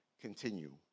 continue